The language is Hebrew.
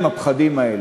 עם הפחדים האלה,